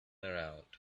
around